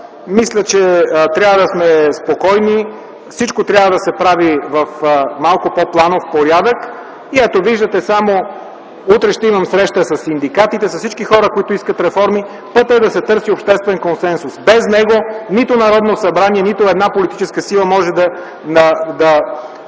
мисля, че трябва да сме спокойни. Всичко трябва да се прави в малко по-планов порядък и ето, виждате, утре ще имам среща със синдикатите, с всички хора, които искат реформи. Пътят е да се търси обществен консенсус. Без него нито Народното събрание, нито една политическа сила може да прокара